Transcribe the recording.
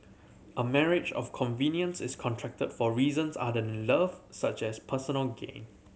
a marriage of convenience is contracted for reasons other than love such as personal gain